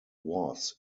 was